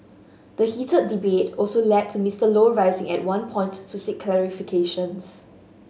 the heated debate also led to Mister Low rising at one point to seek clarifications